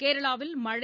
கேரளாவில் மணழ